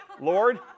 Lord